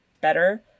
better